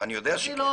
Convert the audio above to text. אני יודע שכן.